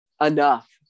enough